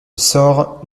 sort